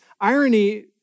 irony